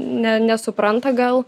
ne nesupranta gal